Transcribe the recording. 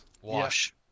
Wash